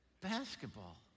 Basketball